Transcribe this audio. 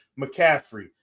McCaffrey